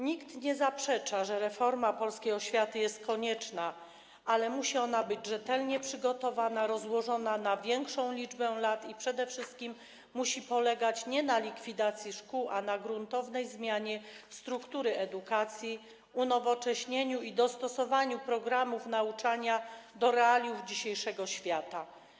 Nikt nie zaprzecza, że reforma polskiej oświaty jest konieczna, ale musi ona być rzetelnie przygotowana, rozłożona na większą liczbę lat i przede wszystkim musi polegać nie na likwidacji szkół, a na gruntownej zmianie struktury edukacji, unowocześnieniu programów nauczania i dostosowaniu ich do realiów dzisiejszego świata.